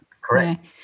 correct